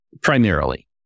primarily